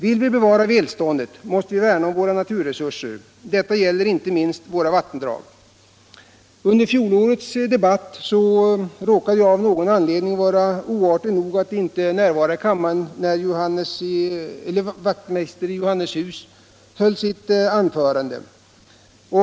Vill vi bevara välståndet måste vi värna om våra naturresurser. Detta gäller inte minst våra vattendrag. Under fjolårets debatt råkade jag av någon anledning vara oartig nog att inte närvara i kammaren när herr Wachtmeister i Johannishus höll sitt anförande.